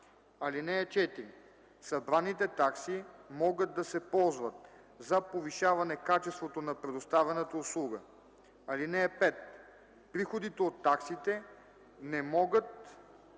такси. (4) Събраните такси могат да се ползват за повишаване качеството на предоставяната услуга. (5) Приходите от таксите не могат